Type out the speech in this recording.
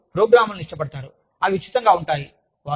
ప్రజలు ప్రోగ్రామ్లను ఇష్టపడతారు అవి ఉచితంగా ఉంటాయి